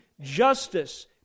justice